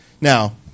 Now